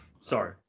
Sorry